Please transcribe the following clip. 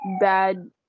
bad